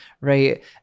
right